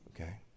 Okay